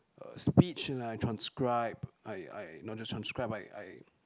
a speech and then I transcribe I I not just transcribe I I